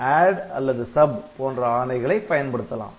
ADD அல்லது SUB போன்ற ஆணைகளை பயன்படுத்தலாம்